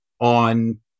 on